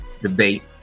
debate